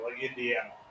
Indiana